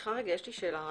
סליחה רגע, יש לי שאלה רני.